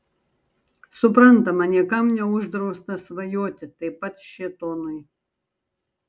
suprantama niekam neuždrausta svajoti taip pat šėtonui